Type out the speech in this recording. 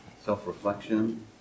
self-reflection